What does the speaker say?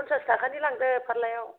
पनसास थाखानि लांदो फारलायाव